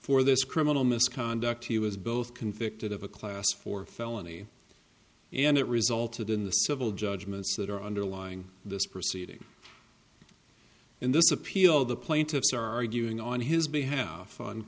for this criminal misconduct he was both convicted of a class four felony and it resulted in the civil judgments that are underlying this proceeding in this appeal the plaintiffs are arguing on his behalf